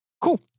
Cool